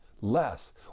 less